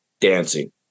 dancing